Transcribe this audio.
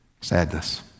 Sadness